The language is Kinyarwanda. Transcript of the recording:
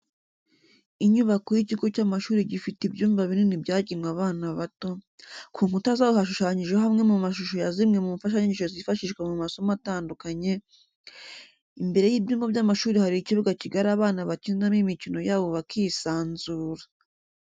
Inyubako y'ikigo cy'amashuri gifite ibyumba binini byagenwe abana bato, ku nkuta zaho hashushanyijeho amwe mu mashusho ya zimwe mu mfashanyigisho zifashishwa mu masomo atandukanye, imbere y'ibyumba by'amashuri hari ikibuga kigari abana bakiniramo imikino yabo bakisanzura.